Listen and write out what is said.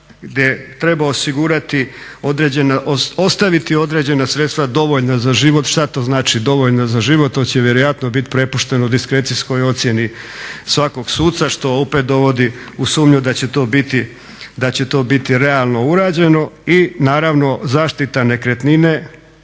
gdje treba osigurati, ostaviti određena sredstva dovoljna za život, šta to znači dovoljna za život, to će vjerojatno biti prepušteno diskrecijskoj ocjeni svakog suca što opet dovodi u sumnju da će to biti realno urađeno. I naravno zaštita nekretnine